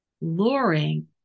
luring